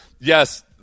yes